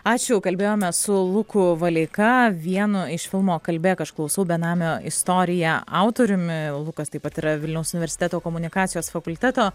ačiū kalbėjome su luku valeika vieno iš filmo kalbėk aš klausau benamio istorija autoriumi o lukas taip pat yra vilniaus universiteto komunikacijos fakulteto